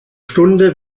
stunde